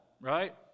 right